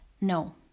No